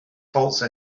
false